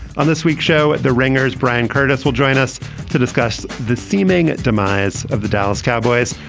on this week's show at the wringers, bryan curtis will join us to discuss the seeming demise of the dallas cowboys,